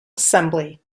assembly